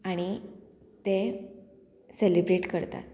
आनी ते सेलिब्रेट करतात